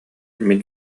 мин